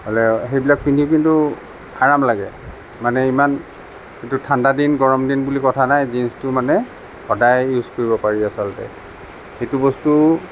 হ'লেও সেইবিলাক পিন্ধি কিন্তু আৰাম লাগে মানে ইমান কিন্তু ঠাণ্ডা দিন গৰম দিন বুলি কথা নাই জীনছ্টো মানে সদায় ইউজ কৰিব পাৰি আচলতে সেইটো বস্তু